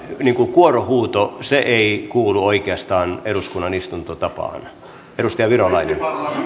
kuorohuuto ei kuulu oikeastaan eduskunnan istuntotapaan